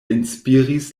inspiris